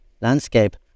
landscape